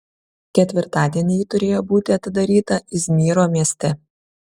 ketvirtadienį ji turėjo būti atidaryta izmyro mieste